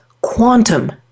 quantum